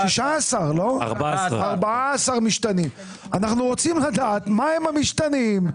אנחנו רוצים לדעת מה הם המשתנים.